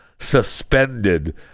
Suspended